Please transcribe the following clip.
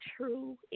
true